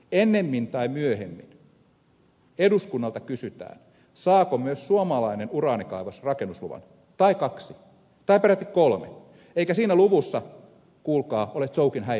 ennemmin tai myöhemmin eduskunnalta kysytään saako myös suomalainen uraanikaivos rakennusluvan tai kaksi tai peräti kolme eikä siinä luvussa kuulkaa ole tsoukin häivääkään